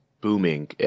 booming